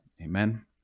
Amen